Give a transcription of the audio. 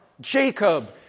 Jacob